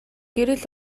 гэрэл